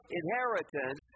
inheritance